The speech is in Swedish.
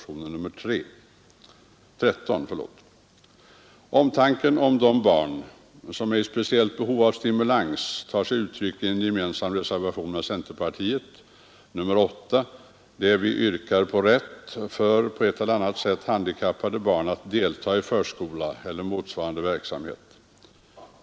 Omtanken om de barn som är i speciellt behov av stimulans tar sig uttryck i reservationen 8, som är gemensam med centerpartiet. Där yrkar vi på rätt för på ett eller annat sätt handikappade barn att delta i förskola eller motsvarande verksamhet.